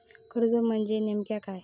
कर्ज म्हणजे नेमक्या काय?